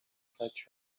fetch